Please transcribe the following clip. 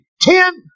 ten